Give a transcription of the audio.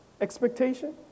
expectation